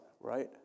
right